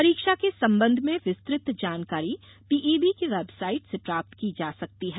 परीक्षा के संबंध में विस्तृत जानकारी पीईबी की वेबसाइट से प्राप्त की जा सकती है